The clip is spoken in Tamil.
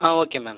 ah okay ma'am